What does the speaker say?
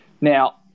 Now